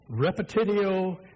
Repetitio